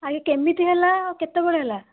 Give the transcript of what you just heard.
ଆଜ୍ଞା କେମିତି ହେଲା ଆଉ କେତେବେଳେ ହେଲା